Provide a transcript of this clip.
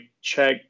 check